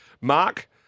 Mark